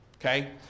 okay